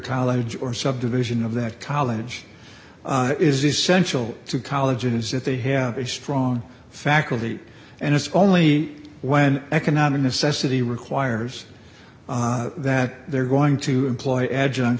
college or subdivision of that college is essential to colleges if they have a strong faculty and it's only when economic necessity requires that they're going to employ adjunct